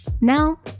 Now